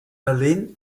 berlin